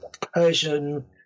Persian